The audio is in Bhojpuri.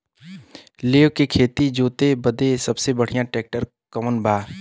लेव के खेत जोते बदे सबसे बढ़ियां ट्रैक्टर कवन बा?